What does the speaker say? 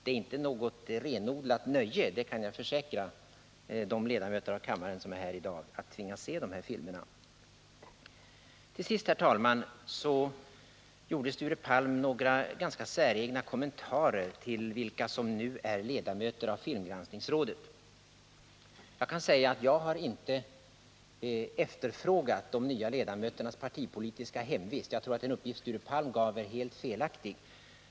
Jag kan försäkra de ledamöter som är i kammaren i dag att det inte är något renodlat nöje att tvingas se de här filmerna. Till sist, herr talman, gjorde Sture Palm några ganska säregna kommentarer om vilka som nu är ledamöter av filmgranskningsrådet. Jag kan säga att jag inte har efterfrågat de nya ledamöternas partipolitiska hemvist. Den uppgift som Sture Palm lämnade tror jag är helt felaktig.